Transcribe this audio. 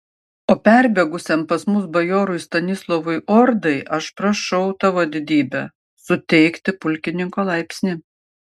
o perbėgusiam pas mus bajorui stanislovui ordai aš prašau tavo didybe suteikti pulkininko laipsnį